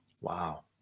Wow